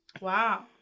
Wow